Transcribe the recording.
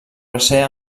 recer